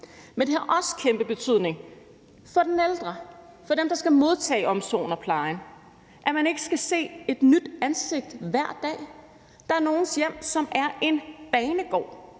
Men det har også en kæmpe betydning for de ældre, altså for dem, som skal modtage omsorgen og plejen, at man ikke skal se et nyt ansigt hver dag. Der er nogle, hvis hjem er en banegård